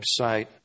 website